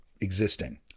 existing